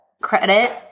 credit